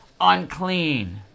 unclean